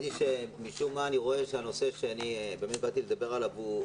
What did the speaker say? משום מה אני רואה שהנושא שאני באתי לדבר עליו,